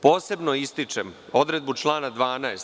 Posebno ističem odredbu člana 12.